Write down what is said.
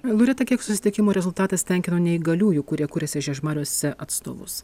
loreta kiek susitikimų rezultatas tenkino neįgaliųjų kurie kuriasi žiežmariuose atstovus